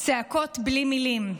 צעקות בלי מילים.